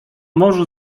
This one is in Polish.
morzu